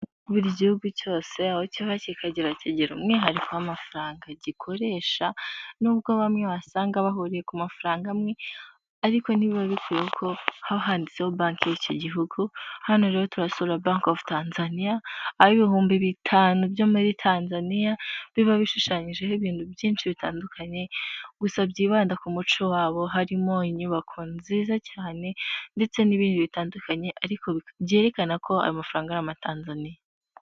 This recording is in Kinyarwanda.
Buri gihugu cyose aho cyava kikagera kigira umwihariko w'amafaranga gikoresha, nubwo bamwe wasanga bahuriye ku mafaranga amwe ariko ntibiba bikuye ko haba handitseho banki y'icyo gihugu, hano rero turasura banke ofu Tanzania aho ibihumbi bitanu byo muri Tanzania biba bishushanyijeho ibintu byinshi bitandukanye gusa byibanda ku muco wabo, harimo inyubako nziza cyane ndetse n'ibindi bitandukanye ariko byerekana ko ayo mafaranga ari ama Tanzania.